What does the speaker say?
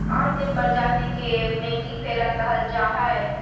आम के प्रजाति के मेंगीफेरा कहल जाय हइ